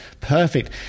Perfect